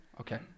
Okay